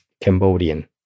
Cambodian